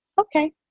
okay